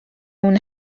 اون